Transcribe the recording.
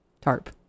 tarp